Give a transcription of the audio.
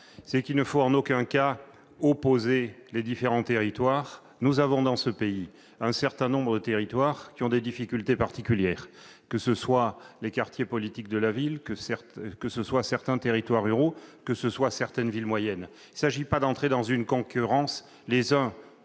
c'est qu'il ne faut en aucun cas opposer les différents territoires. Dans notre pays, un certain nombre de territoires ont des difficultés particulières, que ce soient les quartiers prioritaires de la politique de la ville, certains territoires ruraux ou certaines villes moyennes. Il ne s'agit pas de faire jouer la concurrence des uns